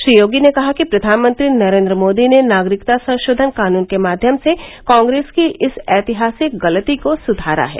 श्री योगी ने कहा कि प्रधानमंत्री नरेंद्र मोदी ने नागरिकता संशोधन कानून के माध्यम से कांग्रेस की इस ऐतिहासिक गलती को सुधारा है